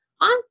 on